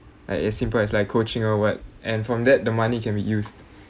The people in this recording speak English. like as simple as like coaching or what and from that the money can be used